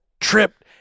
tripped